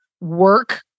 work